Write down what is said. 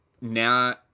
now